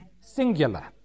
singular